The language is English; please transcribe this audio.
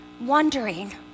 wondering